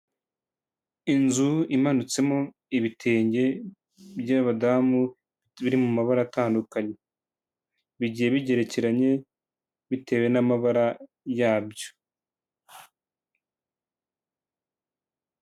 Inzu imanutsemo ibitenge by'abadamu biri mu mabara atandukanye, bigiye bigerekeranye bitewe n'amabara yabyo.